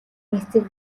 эцэг